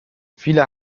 viele